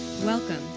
Welcome